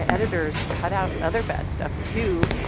ah editors cut out other bad stuff, too,